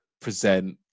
present